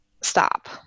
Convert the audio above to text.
stop